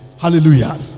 Hallelujah